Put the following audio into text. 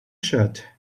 shirt